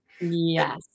Yes